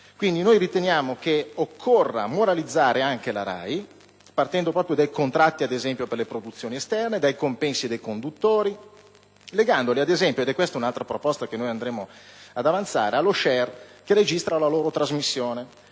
Quindi, riteniamo che occorra moralizzare anche la RAI, partendo proprio dai contratti ad esempio per le produzioni esterne, dai compensi dei conduttori, legandoli ad esempio - ed è questa un'altra proposta che andremo ad avanzare - allo *share* che registra la loro trasmissione